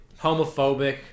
homophobic